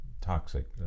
toxic